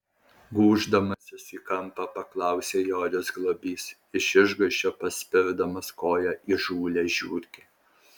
gūždamasis į kampą paklausė joris globys iš išgąsčio paspirdamas koja įžūlią žiurkę